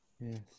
Yes